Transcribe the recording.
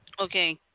Okay